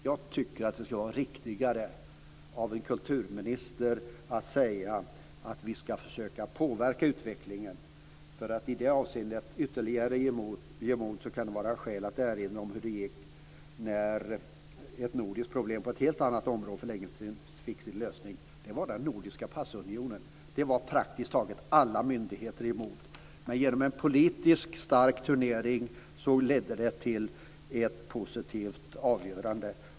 Jag tycker att det skulle vara riktigare av en kulturminister att säga att vi ska försöka påverka utvecklingen. För att i det avseendet avge ytterligare mod, kan det vara skäl att erinra om hur det gick när ett nordiskt problem på ett helt annat område för länge sedan fick sin lösning. Det gällde den nordiska passunionen. Den var praktiskt taget alla myndigheter emot. Men en politiskt stark turnering ledde till ett positivt avgörande.